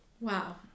Wow